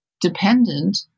dependent